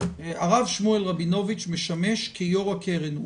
הרב שמואל רבינוביץ' משמש כיושב-ראש הקרן,